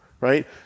right